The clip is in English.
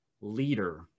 leader